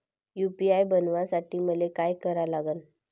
UPI बनवासाठी मले काय करा लागन?